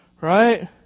right